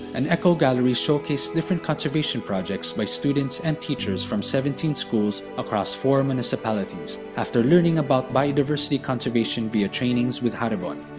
an eco-gallery showcased different conservation projects by students and teachers from seventeen schools across four municipalities, after learning about biodiversity conservation via trainings with haribon.